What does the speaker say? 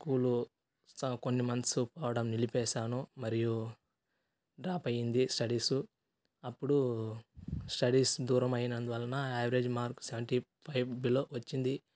school స కొన్ని months పోవడం నిలిపేసాను మరియు డ్రాప్ అయ్యింది స్టడీసు అప్పుడు స్టడీస్ దూరం అయినందువలన average marks seventy five below వచ్చింది